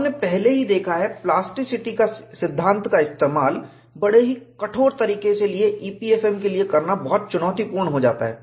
हमने पहले ही देखा है प्लास्टिक सिद्धांत का इस्तेमाल बड़े ही कठोर तरीके से EPFM के लिए करना बहुत चुनौतीपूर्ण हो जाता है